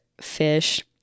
fish